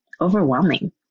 overwhelming